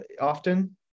often